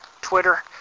Twitter